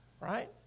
Right